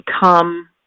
become